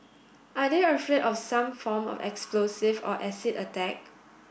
are they afraid of some form of explosive or acid attack